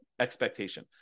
expectation